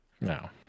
No